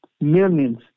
millions